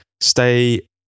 stay